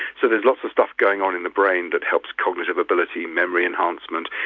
so there's lots of stuff going on in the brain that helps cognitive ability, memory enhancement,